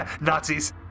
Nazis